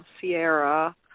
Sierra